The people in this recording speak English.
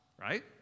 right